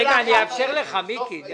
מיקי,